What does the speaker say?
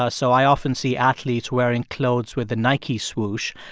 ah so i often see athletes wearing clothes with the nike swoosh.